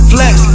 Flex